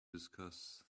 discuss